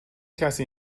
کسی